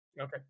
Okay